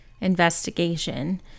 investigation